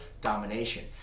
domination